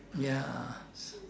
ya